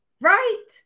right